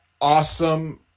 awesome